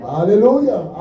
Hallelujah